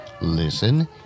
listen